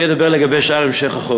ואני אדבר על שאר החוק.